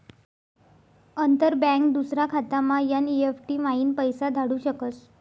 अंतर बँक दूसरा खातामा एन.ई.एफ.टी म्हाईन पैसा धाडू शकस